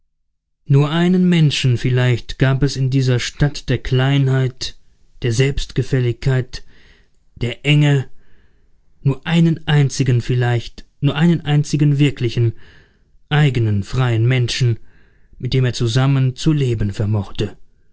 nur einen menschen vielleicht gab es in dieser stadt der kleinheit der selbstgefälligkeit der enge nur einen einzigen wirklichen eigenen freien menschen mit dem er zusammen zu leben vermochte und